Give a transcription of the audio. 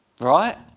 right